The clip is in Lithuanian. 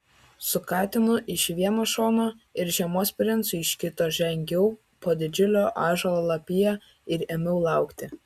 su katinu iš vieno šono ir žiemos princu iš kito žengiau po didžiulio ąžuolo lapija ir ėmiau laukti